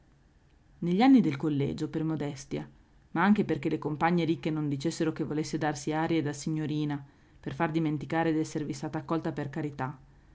negli anni del collegio per modestia ma anche perché le compagne ricche non dicessero che volesse darsi arie da signorina per far dimenticare d'esservi stata accolta per carità